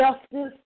justice